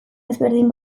ezberdin